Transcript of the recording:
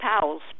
Powell's